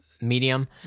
medium